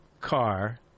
car